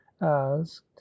asked